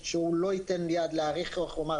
שהוא לא ייתן יד להאריך איך הוא אמר?